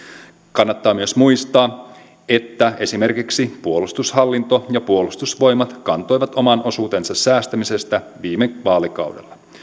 kannattaa myös muistaa että esimerkiksi puolustushallinto ja puolustusvoimat kantoivat oman osuutensa säästämisestä viime vaalikaudella